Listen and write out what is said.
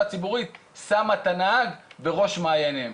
ציבורית שמה את הנהג בראש מעייניה.